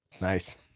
Nice